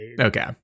okay